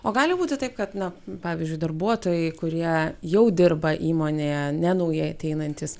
o gali būti taip kad na pavyzdžiui darbuotojai kurie jau dirba įmonėje ne naujai ateinantys